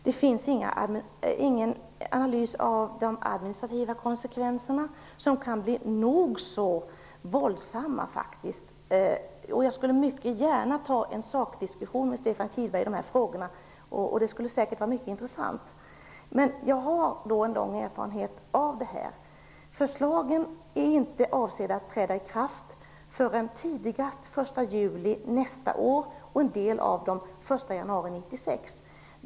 Det finns ingen analys av de administrativa konsekvenserna, som faktiskt kan bli nog så våldsamma. Jag skulle mycket gärna ta en sakdiskussion med Stefan Kihlberg om de här frågorna. Det skulle säkert vara mycket intressant. Jag har lång erfarenhet av detta. Förslagen är inte avsedda att träda i kraft förrän tidigast den 1 juli nästa år och en del av dem den 1 januari 1996.